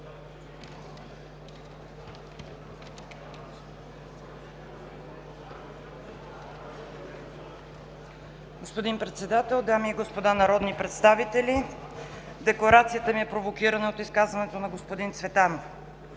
Господин Председател, дами и господа народни представители! Декларацията ми е провокирана от изказването на господин Цветанов.